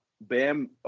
Bam